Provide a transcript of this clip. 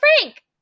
Frank